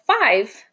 five